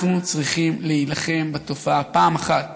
אנחנו צריכים להילחם בתופעה פעם אחת